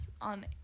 on